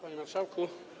Panie Marszałku!